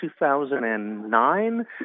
2009